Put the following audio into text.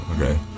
Okay